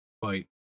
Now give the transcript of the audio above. fight